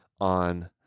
on